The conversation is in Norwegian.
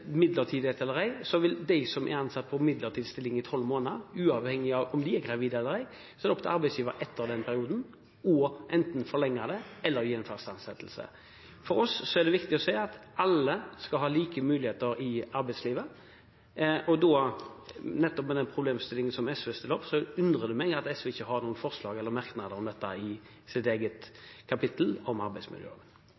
midlertidighet eller ikke for dem som er ansatt i midlertidig stilling i tolv måneder, uavhengig av om de er gravide eller ei, er det opp til arbeidsgiver etter den perioden enten å forlenge den eller gi en fast ansettelse. For oss er det viktig at alle skal ha like muligheter i arbeidslivet. Og når det da nettopp gjelder den problemstillingen som SV skisserer, undrer det meg at SV ikke har noen forslag eller merknader om dette under eget kapittel i innstillingen om arbeidsmiljøloven.